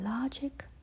logic